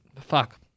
fuck